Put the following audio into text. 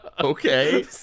okay